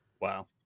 Wow